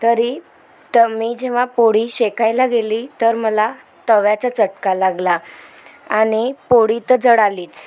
तरी तर मी जेव्हा पोळी शेकायला गेली तर मला तव्याचा चटका लागला आणि पोळी तर जळालीच